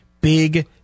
Big